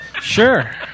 Sure